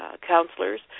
counselors